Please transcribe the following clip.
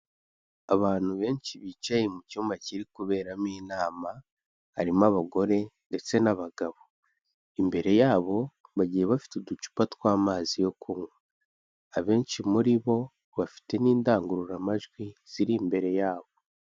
Abantu benshi bicaye mu cyumba kiri kuberamo inama, harimo abagore ndetse n'abagabo, imbere yabo bagiye bafite uducupa tw'amazi yo kunywa, abenshi muri bo bafite n'indangururamajwi ziri imbere yabo.